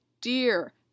Dear